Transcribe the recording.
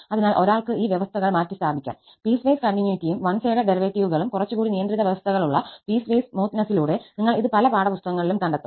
അതിനാൽ ഒരാൾക്ക് ഈ വ്യവസ്ഥകൾ മാറ്റിസ്ഥാപിക്കാം പീസ്വൈസ് കണ്ടിന്യൂറ്റിയും വൺ സൈഡഡ് ഡെറിവേറ്റീവുകളും കുറച്ചുകൂടി നിയന്ത്രിത വ്യവസ്ഥകളുള്ള പീസ്വൈസ് സ്മൂത്തനേസിലൂടെ നിങ്ങൾ ഇത് പല പാഠപുസ്തകങ്ങളിലും കണ്ടെത്തും